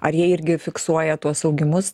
ar jie irgi fiksuoja tuos augimus